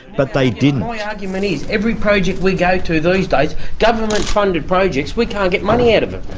but they didn't. my argument is, every project we go to these days, government-funded projects, we can't get money out of them.